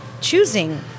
choosing